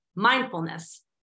mindfulness